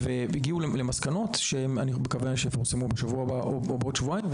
והגיעה למסקנות - אני מקווה שהן יפורסמו בעוד שבוע או בעוד שבועיים.